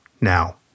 now